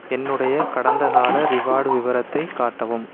என்னுடைய கடந்தகால ரிவார்டு விவரத்தை காட்டவும்